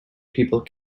people